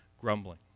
grumbling